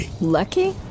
Lucky